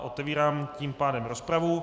Otevírám tím pádem rozpravu.